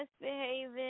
misbehaving